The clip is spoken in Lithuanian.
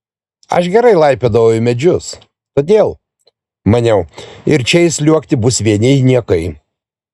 aš gerai laipiodavau į medžius todėl maniau ir čia įsliuogti bus vieni niekai